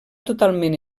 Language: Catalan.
totalment